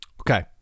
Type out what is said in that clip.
Okay